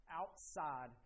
outside